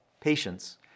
patience